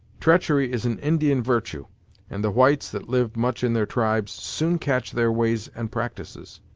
treachery is an indian virtue and the whites, that live much in their tribes, soon catch their ways and practices.